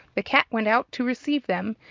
the cat went out to receive them,